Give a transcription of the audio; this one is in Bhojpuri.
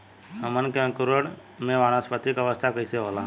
हमन के अंकुरण में वानस्पतिक अवस्था कइसे होला?